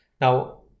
Now